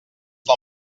del